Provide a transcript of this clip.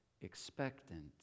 expectant